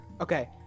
Okay